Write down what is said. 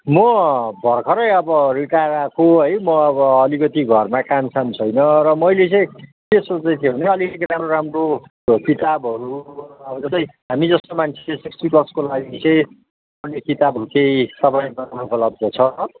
म भर्खरै अब रिटायर्ड आएको है म अब अलिकति घरमा कामसाम छैन र मैले चाहिँ के सोच्दैथेँ भने अलिकति राम्रो राम्रो किताबहरू अब जस्तै हामीजस्तो मान्छेले सिक्सटी प्लसको लागि चाहिँ किताबहरू केही छ भने तपाईँकोमा उपलब्ध छ